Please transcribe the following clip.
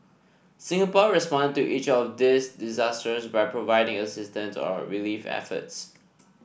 Singapore responded to each of these disasters by providing assistance or relief efforts